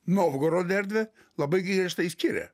novgorode erdvę labai griežtai skiria